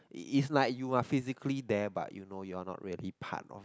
it is like you are physically there but you know you are not really part of